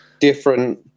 different